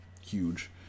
Huge